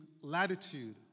latitude